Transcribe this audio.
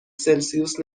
سلسیوس